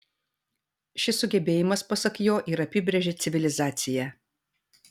šis sugebėjimas pasak jo ir apibrėžia civilizaciją